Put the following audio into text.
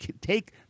take